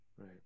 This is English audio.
Right